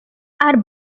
are